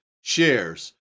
shares